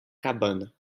cabana